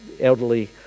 elderly